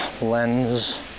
lens